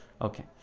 Okay